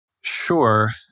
Sure